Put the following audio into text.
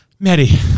Maddie